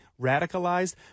radicalized